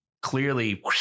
clearly